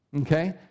okay